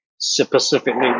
specifically